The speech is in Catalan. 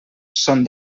són